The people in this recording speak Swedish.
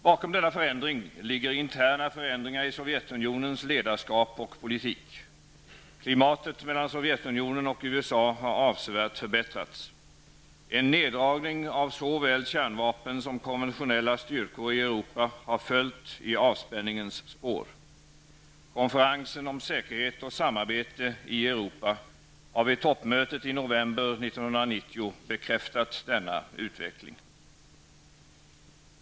Bakom denna förändring ligger interna skiften i Sovjetunionens ledarskap och politik. Klimatet mellan Sovjetunionen och USA har avsevärt förbättrats. En neddragning av såväl kärnvapen som konventionella styrkor i Europa har följt i avspänningens spår. Konferensen om säkerhet och samarbete i Europa har vid toppmötet i november 1990 bekräftat denna utveckling.